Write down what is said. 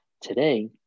today